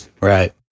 Right